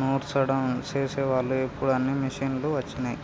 నూర్సడం చేసేవాళ్ళు ఇప్పుడు అన్నీ మిషనులు వచ్చినయ్